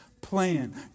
plan